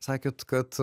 sakėt kad